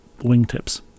wingtips